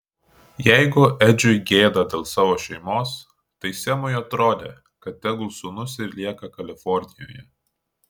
jeigu edžiui gėda dėl savo šeimos tai semui atrodė kad tegul sūnus ir lieka kalifornijoje